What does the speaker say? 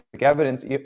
evidence